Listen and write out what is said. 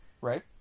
Right